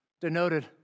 denoted